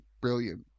brilliant